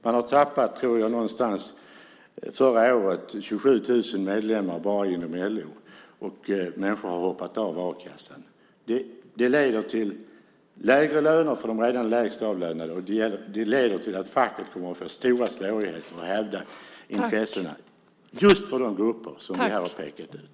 Man tappade, tror jag, någonstans runt 27 000 medlemmar förra året bara inom LO, och människor har hoppat av a-kassan. Det leder till lägre löner för de redan lägst avlönade, och det leder till att facket kommer att få stora svårigheter att hävda intressena just för de grupper som jag här har pekat ut.